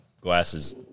glasses